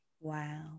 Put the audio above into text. Wow